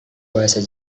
bahasa